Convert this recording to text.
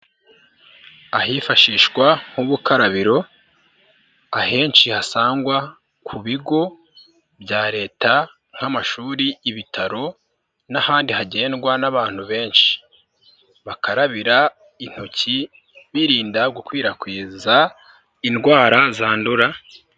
Ahifashishwa nk'ubukarabiro, ahenshi hasangwa ku bigo bya Leta, nk'amashuri, ibitaro n'ahandi hagendwa n'abantu benshi, bakarabira intoki birinda gukwirakwiza indwara zandura.